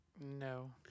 No